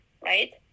right